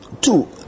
two